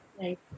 right